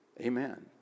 Amen